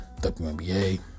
WNBA